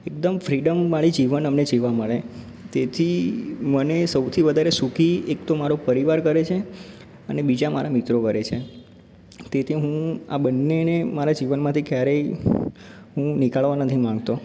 એકદમ ફ્રીડમ વાળી જીવન અમને જીવવા મળે તેથી મને સૌથી વધારે સુખી એક તો મારો પરિવાર કરે છે અને બીજા મારા મિત્રો કરે છે તેથી હું આ બંનેને મારા જીવનમાંથી ક્યારેય હું નીકાળવા નથી માગતો